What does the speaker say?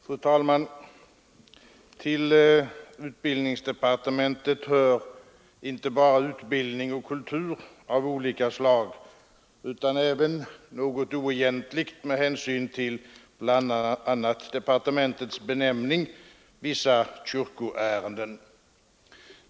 Fru talman! Till utbildningsdepartementet hör inte bara utbildning och kultur av olika slag utan även — något oegentligt med hänsyn till bl.a. departementets benämning — vissa kyrkoärenden.